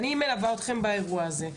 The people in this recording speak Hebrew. אני מלווה אתכם באירוע הזה.